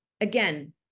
again